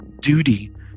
duty